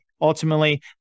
Ultimately